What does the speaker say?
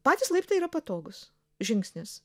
patys laiptai yra patogūs žingsnis